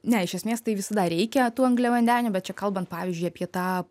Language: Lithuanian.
ne iš esmės tai visada reikia tų angliavandenių bet čia kalbant pavyzdžiui apie tą